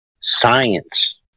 science